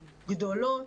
גדולות,